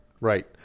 right